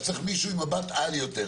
צריך מישהו עם מבט יותר.